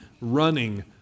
running